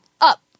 up